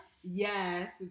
Yes